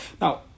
Now